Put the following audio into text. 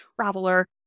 traveler